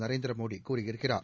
நரேந்திர மோடி கூறியிருக்கிறார்